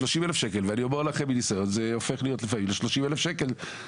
ואני אומר לכם מניסיון שלפעמים זה הופך להיות 30 אלף שקלים.